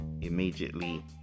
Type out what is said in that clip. immediately